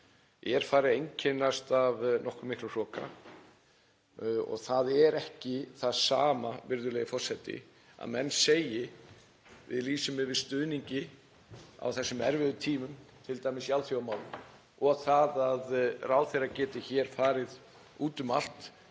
er farin að einkennast af nokkuð miklum hroka. Það er ekki það sama, virðulegi forseti, að menn segi: Við lýsum yfir stuðningi á þessum erfiðu tímum, t.d. í alþjóðamálum, og það að ráðherrar geti hér farið út um allt